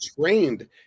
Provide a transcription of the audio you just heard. trained